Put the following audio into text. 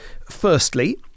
Firstly